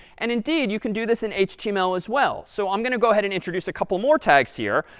and indeed, you can do this in html as well. so i'm going to go ahead and introduce a couple more tags here,